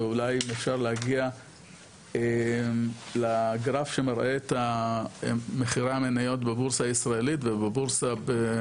ואולי אפשר להגיע לגרף שמראה את מחירי המניות בבורסה הישראלית ובנאסד"ק.